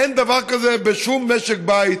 אין דבר כזה בשום משק בית,